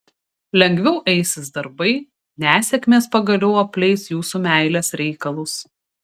lengviau eisis darbai nesėkmės pagaliau apleis jūsų meilės reikalus